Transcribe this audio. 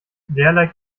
derlei